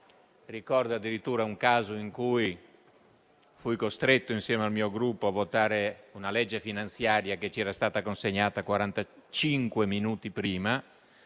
Ricordo addirittura un caso in cui fui costretto, insieme al mio Gruppo, a votare una legge finanziaria che ci era stata consegnata quarantacinque